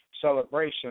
celebration